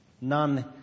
None